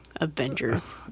Avengers